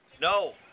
No